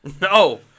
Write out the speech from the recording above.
No